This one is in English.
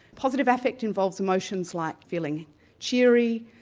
positive affect involves emotions like feeling cheery,